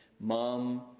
Mom